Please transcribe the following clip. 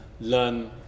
learn